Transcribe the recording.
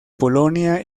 polonia